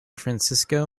francisco